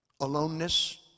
aloneness